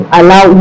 allow